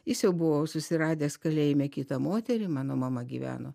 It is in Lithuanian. jis jau buvo susiradęs kalėjime kitą moterį mano mama gyveno